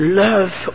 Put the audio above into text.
love